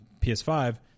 PS5